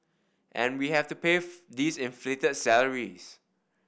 and we have to pay these inflated salaries